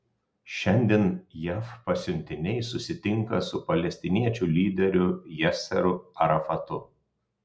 šiandien jav pasiuntiniai susitinka su palestiniečių lyderiu yasseru arafatu